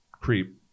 creep